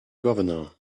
governor